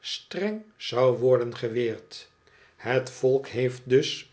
streng zou worden geweerd het volk heeft dus